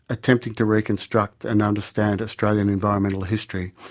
attempting to reconstruct and understand australian environmental history,